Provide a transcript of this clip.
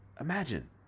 Imagine